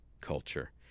culture